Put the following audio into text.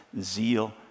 zeal